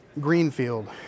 Greenfield